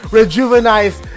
Rejuvenized